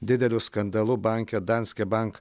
dideliu skandalu banke danske bank